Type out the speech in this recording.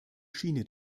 schiene